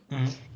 mmhmm